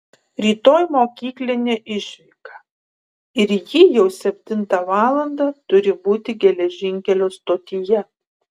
rytoj mokyklinė išvyka ir ji jau septintą valandą turi būti geležinkelio stotyje